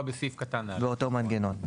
לאותו מנגנון.